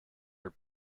are